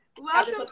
Welcome